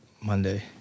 Monday